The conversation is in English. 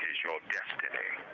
is your destiny.